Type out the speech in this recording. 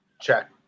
Check